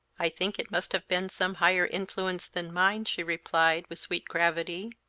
i think it must have been some higher influence than mine, she replied, with sweet gravity,